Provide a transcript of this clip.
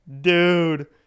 Dude